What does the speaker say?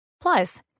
Plus